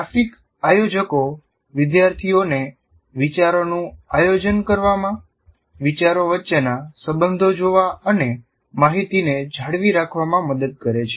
graphic આયોજકો વિદ્યાર્થીઓને વિચારોનું આયોજન કરવામાં વિચારો વચ્ચેના સંબંધો જોવા અને માહિતીને જાળવી રાખવામાં મદદ કરે છે